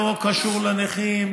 לא קשור לנכים,